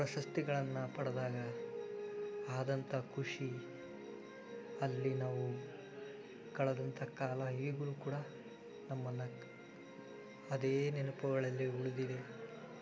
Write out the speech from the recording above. ಪ್ರಶಸ್ತಿಗಳನ್ನು ಪಡೆದಾಗ ಆದಂಥ ಖುಷಿ ಅಲ್ಲಿ ನಾವು ಕಳೆದಂತಹ ಕಾಲ ಈಗಲೂ ಕೂಡ ನಮ್ಮನ್ನು ಅದೇ ನೆನಪುಗಳಲ್ಲಿ ಉಳಿದಿದೆ